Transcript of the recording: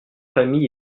famille